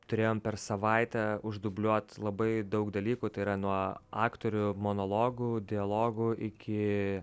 turėjom per savaitę uždubliuot labai daug dalykų tai yra nuo aktorių monologų dialogų iki